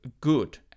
good